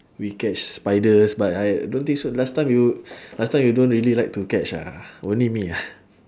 we catch spiders but I don't think so last time you last time you don't really like to catch ah only me